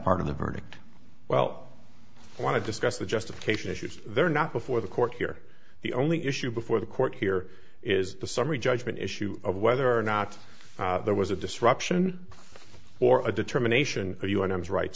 part of the verdict well i want to discuss the justification issues they're not before the court here the only issue before the court here is the summary judgment issue of whether or not there was a disruption or a determination or you and i was right